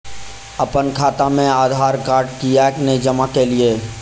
अप्पन खाता मे आधारकार्ड कियाक नै जमा केलियै?